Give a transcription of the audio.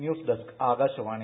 news desk Akashvani